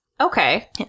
Okay